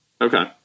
okay